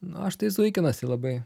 nu aš tai zuikinuosi labai